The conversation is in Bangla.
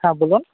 হ্যাঁ বলুন